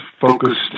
focused